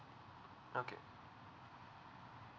okay